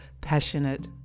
passionate